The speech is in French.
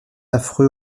affreux